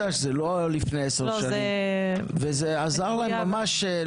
לא לפני 10 שנים, וזה עזר להם ממש.